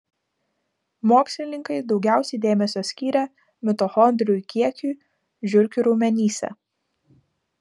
mokslininkai daugiausiai dėmesio skyrė mitochondrijų kiekiui žiurkių raumenyse